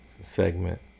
segment